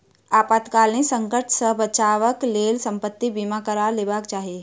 आपातकालीन संकट सॅ बचावक लेल संपत्ति बीमा करा लेबाक चाही